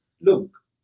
look